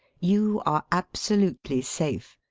you are absolutely safe.